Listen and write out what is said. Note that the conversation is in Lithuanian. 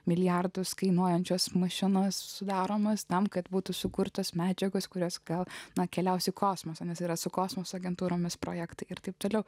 milijardus kainuojančios mašinos sudaromas tam kad būtų sukurtos medžiagos kurias gal na keliausiu į kosmosą nes yra su kosmoso agentūromis projektai ir taip toliau